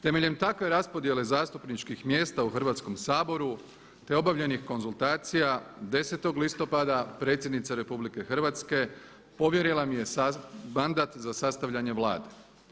Temeljem takve raspodjele zastupničkih mjesta u Hrvatskom saboru te obavljenih konzultacija 10. listopada Predsjednica Republike Hrvatske povjerila mi je mandat za sastavljanje Vlade.